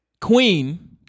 queen